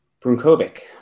Brunkovic